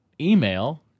email